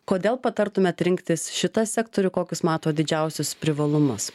kodėl patartumėt rinktis šitą sektorių kokius matot didžiausius privalumus